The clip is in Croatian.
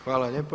Hvala lijepo.